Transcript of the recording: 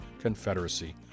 Confederacy